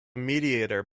mediator